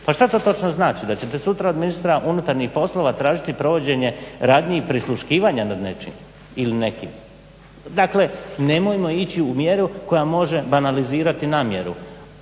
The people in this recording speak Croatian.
Pa šta to točno znači? Da ćete sutra od ministra unutarnjih poslova tražiti provođenje radnji i prisluškivanja nad nečim ili nekim? Dakle nemojmo ići u mjeru koja može banalizirati namjeru.